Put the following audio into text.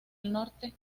norte